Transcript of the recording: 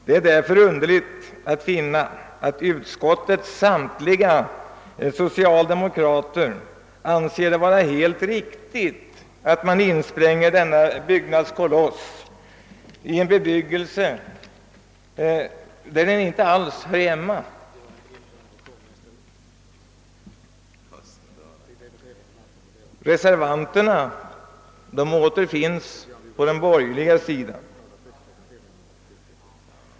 Det är därför underligt att finna att utskottets samtliga socialdemokrater anser det vara helt riktigt att man inspränger denna byggnadskoloss i en bebyggelse, där den inte alls hör hemma. Reservanterna däremot återfinns på den borgerliga sidan.